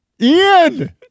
Ian